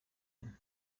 wine